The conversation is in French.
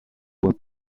fois